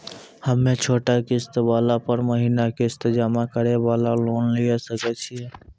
हम्मय छोटा किस्त वाला पर महीना किस्त जमा करे वाला लोन लिये सकय छियै?